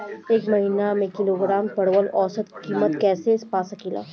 एक महिना के एक किलोग्राम परवल के औसत किमत कइसे पा सकिला?